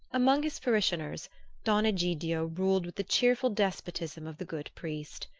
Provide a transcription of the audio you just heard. among his parishioners don egidio ruled with the cheerful despotism of the good priest.